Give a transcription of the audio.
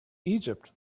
egypt